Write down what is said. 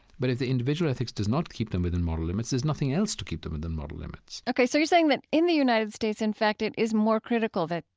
but if the individual ethics does not keep them within moral limits, there's nothing else to keep them within the moral limits ok. so you're saying that in the united states, in fact, it is more critical that,